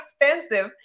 expensive